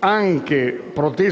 anche